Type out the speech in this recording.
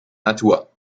natur